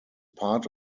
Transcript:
part